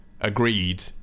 agreed